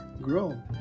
grow